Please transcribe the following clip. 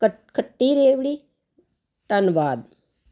ਕੱਟ ਖੱਟੀ ਰੇਵੜੀ ਧੰਨਵਾਦ